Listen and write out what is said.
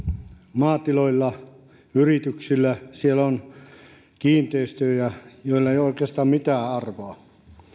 maatiloilla yrityksillä on kiinteistöjä joilla ei ole oikeastaan mitään arvoa